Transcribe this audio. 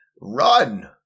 run